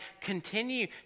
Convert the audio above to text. continue